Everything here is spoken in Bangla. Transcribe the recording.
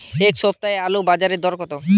এ সপ্তাহে আলুর বাজারে দর কত?